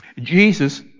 Jesus